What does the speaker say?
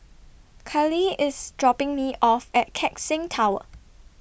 Cali IS dropping Me off At Keck Seng Tower